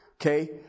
okay